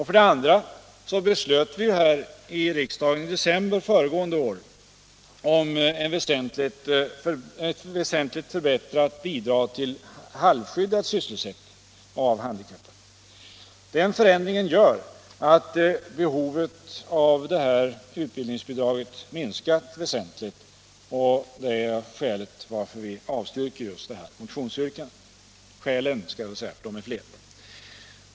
För det andra beslöt vi här i riksdagen i december föregående år om väsentligt förbättrade bidrag till halvskyddad sysselsättning för handikappade. Den förändringen gör att behovet av det här utbildningsbidraget minskat väsentligt. Det är skälen till att vi avstyrker motionsyrkandet.